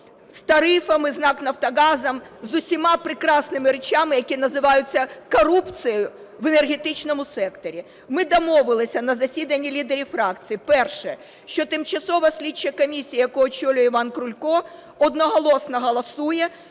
з тарифами, з НАК "Нафтогазом", з усіма прекрасними речами, які називаються корупцією в енергетичному секторі. Ми домовилися на засіданні лідерів фракцій - перше, - що тимчасова слідча комісія, яку очолює Іван Крулько, одноголосно голосує,